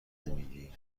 نمیگی